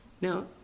now